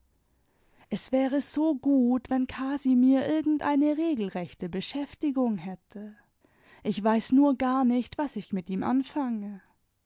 es wäre so gut wenn casimir irgendeine regelrechte beschäftigtmg hätte ich weiß nur gar nicht was ich mit ihm anfange